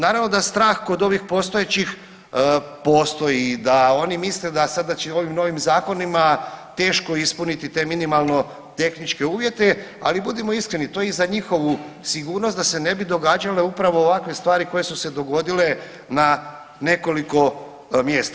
Naravno da strah kod ovih postojećih postoji i da oni misle da sada će im ovim novim zakonima teško ispuniti te minimalno tehničke uvjete, ali budimo iskreni to je i za njihovu sigurnost da se ne bi događale upravo ovakve stvari koje su se dogodile na nekoliko mjesta.